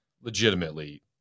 legitimately